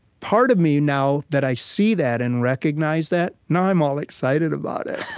part of me, now that i see that and recognize that, now i'm all excited about it.